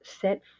set